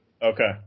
Okay